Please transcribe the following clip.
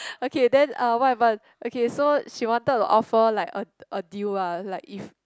okay then uh what happen okay so she wanted to offer like a a deal ah like if